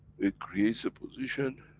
it creates a position,